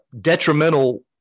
detrimental